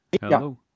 Hello